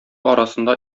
арасында